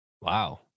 Wow